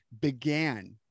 began